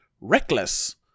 reckless